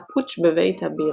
"הפוטש בבית הבירה".